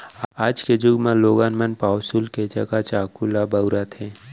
आज के जुग म लोगन मन पौंसुल के जघा चाकू ल बउरत हें